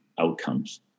outcomes